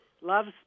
loves